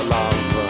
love